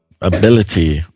ability